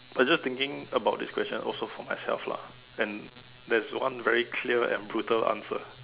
I just thinking about this question also for myself lah and there's this one very clear and brutal answer